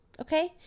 okay